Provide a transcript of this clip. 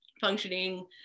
functioning